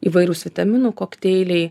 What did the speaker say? įvairūs vitaminų kokteiliai